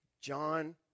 John